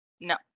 No